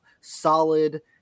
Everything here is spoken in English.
solid